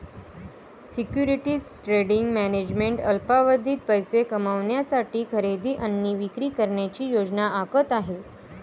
securities trading management अल्पावधीत पैसे कमविण्यासाठी खरेदी आणि विक्री करण्याची योजना आखत आहे